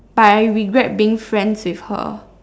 but I regret being friends with her